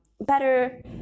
better